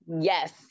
yes